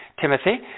Timothy